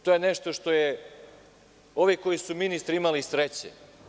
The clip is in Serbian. To je nešto što su ovi koji su ministri imali sreće.